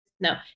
No